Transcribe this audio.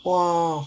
!wah!